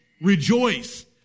rejoice